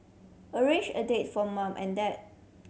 arrange a date for mum and dad